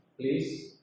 please